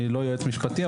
אני לא יועץ משפטי.